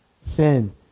Sin